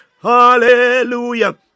hallelujah